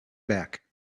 back